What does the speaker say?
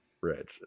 Rich